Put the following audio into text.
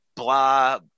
Blah